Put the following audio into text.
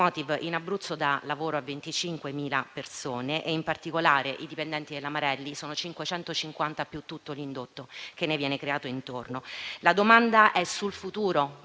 in Abruzzo dà lavoro a 25.000 persone; in particolare, i dipendenti della Marelli sono 550, più tutto l'indotto che le viene creato intorno. La domanda è sul futuro